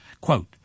Quote